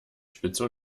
spitze